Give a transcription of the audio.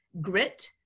grit